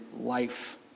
life